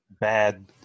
bad